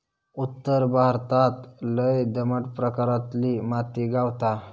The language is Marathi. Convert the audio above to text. उत्तर भारतात लय दमट प्रकारातली माती गावता